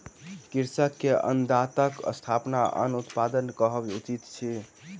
कृषक के अन्नदाताक स्थानपर अन्न उत्पादक कहब उचित अछि